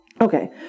Okay